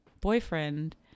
boyfriend